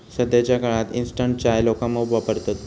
सध्याच्या काळात इंस्टंट चाय लोका मोप वापरतत